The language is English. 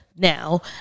Now